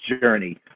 journey